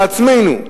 לעצמנו,